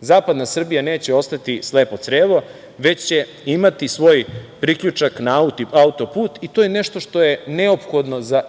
Zapadna Srbija neće ostati slepo crevo, već će imati svoj priključak na auto-put i to je nešto što je neophodno za